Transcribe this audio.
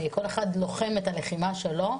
כל אחד לוחם את הלחימה שלו,